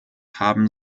haben